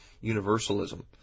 Universalism